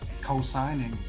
co-signing